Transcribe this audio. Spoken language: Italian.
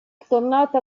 tornata